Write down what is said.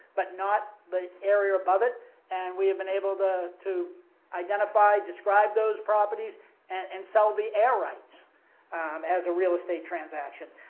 but not the area above it and we have been able to identify, describe those properties and sell the air rights as a real estate transaction.